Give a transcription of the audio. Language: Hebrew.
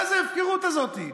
מה זה ההפקרות הזאת?